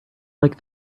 like